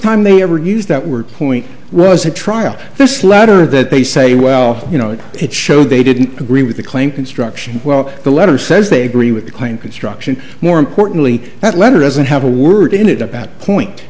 time they ever used that word point was a trial this letter that they say well you know it showed they didn't agree with the claim construction well the letter says they agree with the claim construction more importantly that letter doesn't have a word in it about point